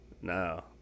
No